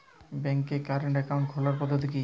ব্যাংকে current account খোলার পদ্ধতি কি?